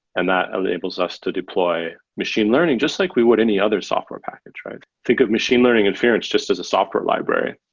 and that enables us to deploy machine learning just like we would any other software package. think of machine learning experience just as a software library.